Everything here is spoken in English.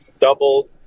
double